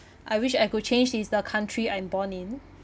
I wish I could change is the country I'm born in